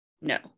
no